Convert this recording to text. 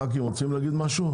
חברת הכנסת רוצים להגיד משהו?